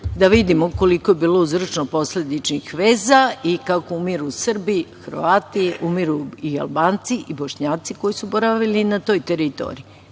da vidimo koliko je bilo uzročno-posledičnih veza i kako umiru Srbi, umiru Hrvati, umiru i Albanci i Bošnjaci, koji su boravili na toj teritoriji.